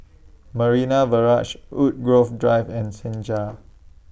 Marina Barrage Woodgrove Drive and Senja